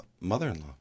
mother-in-law